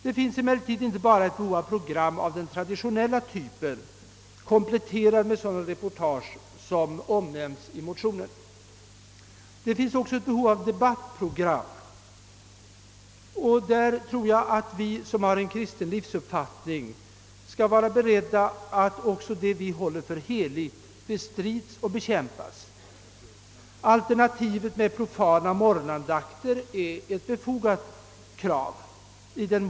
Det finns emellertid inte bara ett behov av program av den traditionella typen, kompletterade med sådana reportage som omnämns i motionen. Det finns också ett behov av debattprogram. Särskilt vi som har en kristen livsuppfattning måste vara beredda på att det vi håller heligt bestrids och bekämpas i dessa program. Kravet på profana morgonandakter som alternativ till religiösa är befogat.